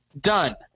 Done